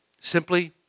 Simply